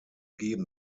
geben